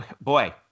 Boy